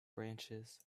branches